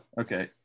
Okay